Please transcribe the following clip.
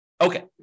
Okay